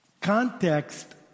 context